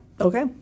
okay